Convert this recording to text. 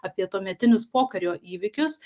apie tuometinius pokario įvykius